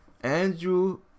Andrew